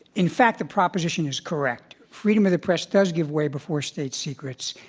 in fact, the proposition is correct. freedom of the press does give way before state secrets.